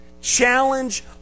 challenge